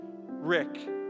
Rick